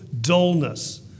dullness